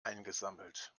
eingesammelt